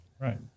Right